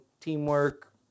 teamwork